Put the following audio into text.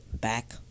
Back